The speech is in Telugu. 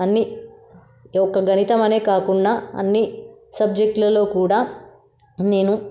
అన్ని ఈ ఒక్క గణితమనే కాకుండా అన్ని సబ్జెక్ట్లలో కూడా నేను